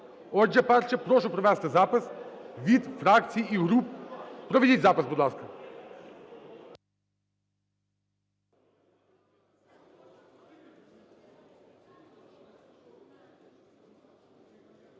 Отже, перше. Прошу провести запис від фракцій і груп. Проведіть запис, будь ласка.